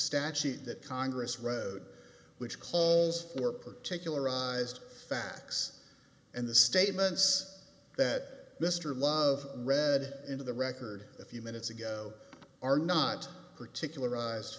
statute that congress road which calls for particularized facts and the statements that mr love read into the record a few minutes ago are not particular